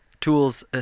tools